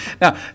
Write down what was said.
Now